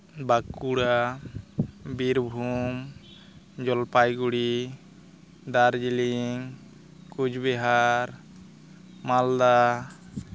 Bankura Birbhum Jalpaiguri Darjeeling Cooch Behar Malda